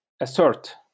assert